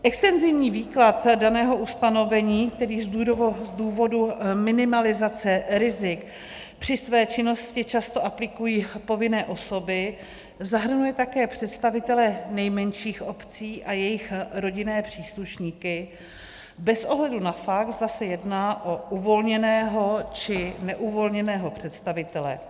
Extenzivní výklad daného ustanovení, který z důvodu minimalizace rizik při své činnosti často aplikují povinné osoby, zahrnuje také představitele nejmenších obcí a jejich rodinné příslušníky bez ohledu na fakt, zda se jedná o uvolněného, či neuvolněného představitele.